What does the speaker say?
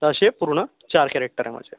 तर असे पूर्ण चार कॅरॅक्टर आहे माझे